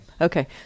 okay